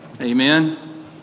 Amen